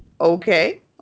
Okay